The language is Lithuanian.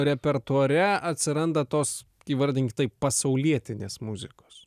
repertuare atsiranda tos įvardink taip pasaulietinės muzikos